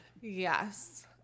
Yes